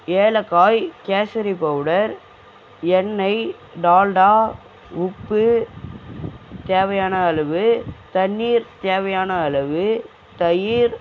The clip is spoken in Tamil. ஏலக்காய் கேசரி பவுடர் எண்ணெய் டால்டா உப்பு தேவையான அளவு தண்ணீர் தேவையான அளவு தயிர்